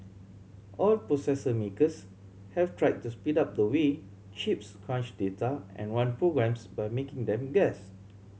all processor makers have try to speed up the way chips crunch data and run programs by making them guess